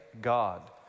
God